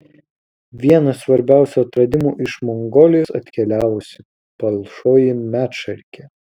vienas svarbiausių atradimų iš mongolijos atkeliavusi palšoji medšarkė